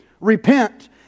Repent